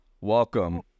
Welcome